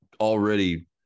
already